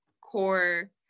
core